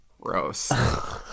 Gross